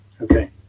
Okay